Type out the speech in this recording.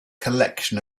collection